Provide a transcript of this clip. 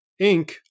Inc